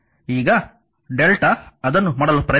ಈಗ Δ ಅದನ್ನು ಮಾಡಲು ಪ್ರಯತ್ನಿಸುವಾಗ